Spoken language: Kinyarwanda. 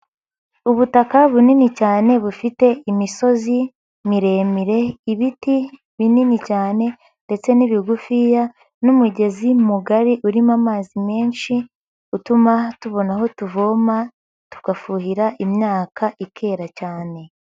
Ubutaka bunini cyane bufite imisozi miremire, ibiti binini cyane ndetse n'ibigufiya n'umugezi mugari urimo amazi menshi utuma tubona aho tuvoma tugafuhira imyaka ikera cyane.